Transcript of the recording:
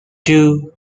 two